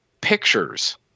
pictures